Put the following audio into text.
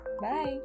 Bye